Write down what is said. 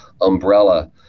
umbrella